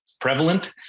prevalent